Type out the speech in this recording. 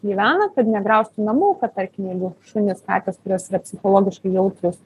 gyvena kad negraužtų namų kad tarkim jeigu šunys katės kurios yra psichologiškai jautrūs